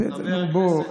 חבר הכנסת קרעי.